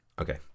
Okay